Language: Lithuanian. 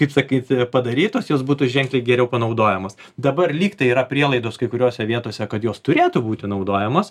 kaip sakyt padarytos jos būtų ženkliai geriau panaudojamos dabar lyg tai yra prielaidos kai kuriose vietose kad jos turėtų būti naudojamos